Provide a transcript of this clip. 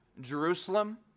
Jerusalem